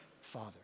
father